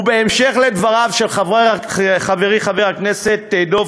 ובהמשך לדבריו של חברי חבר הכנסת דב